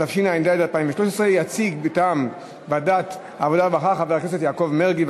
התשע"ד 2013. יציג מטעם ועדת העבודה והרווחה חבר הכנסת יעקב מרגי.